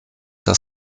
das